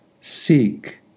Seek